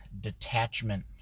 detachment